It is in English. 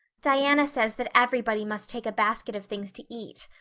diana says that everybody must take a basket of things to eat.